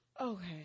Okay